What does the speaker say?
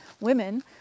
women